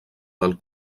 del